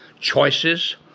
choices